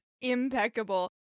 impeccable